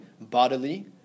bodily